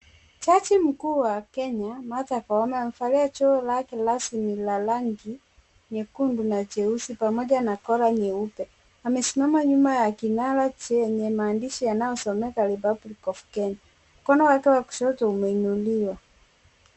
Jaji mkuu wa Kenya Martha Koome amevalia joho lake rasmi la rangi nyekundu na nyeusi pamoja na kola nyeupe. Amesimama nyuma ya kinara chenye maandishi yanayosomeka REPUBLIC OF KENYA. Mkonpo wake wa kushoto umeinuliwa.